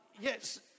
yes